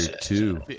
two